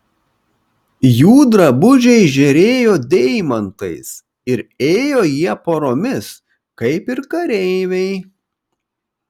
jų drabužiai žėrėjo deimantais ir ėjo jie poromis kaip ir kareiviai